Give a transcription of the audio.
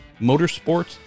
motorsports